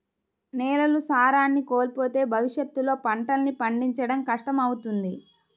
నేలలు సారాన్ని కోల్పోతే భవిష్యత్తులో పంటల్ని పండించడం కష్టమవుతుంది